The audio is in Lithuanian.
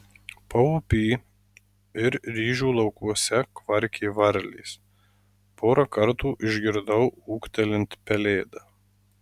paupy ir ryžių laukuose kvarkė varlės porą kartų išgirdau ūktelint pelėdą